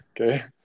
Okay